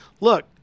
look